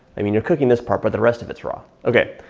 i mean you're cooking this part, but the rest of it's raw. okay,